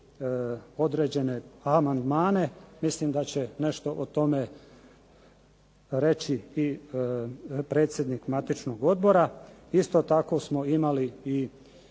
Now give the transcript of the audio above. određene amandmane. Mislim da će nešto o tome reći i predsjednik matičnog odbora. Isto tako smo imali i